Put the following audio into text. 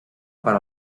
per